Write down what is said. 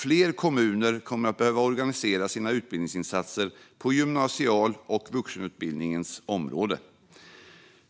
Fler kommuner kommer att behöva organisera sina utbildningsinsatser på gymnasial nivå och inom vuxenutbildningen